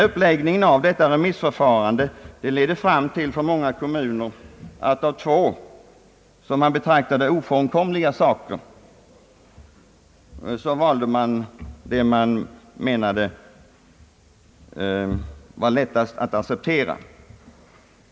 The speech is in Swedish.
Uppläggningen av remissförfarandet ledde för många kommuner till att man av två ofrånkomliga saker valde den man ansåg lättast att acceptera.